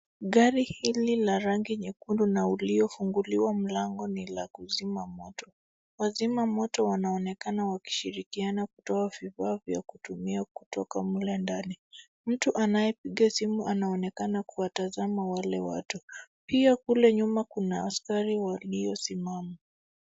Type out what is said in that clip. Gari hili la rangi nyekundu na uliofunguliwa mlango ni la kuzima moto, wazima moto wanaonekana wakishirikiana kutoa vifaa vya kutumia kutoka mle ndani ,mtu anayepiga simu anaonekana kuwatazama wale watu, pia kule nyuma kuna askari waliosimama.